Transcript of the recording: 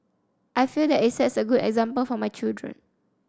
I feel that it sets a good example for my children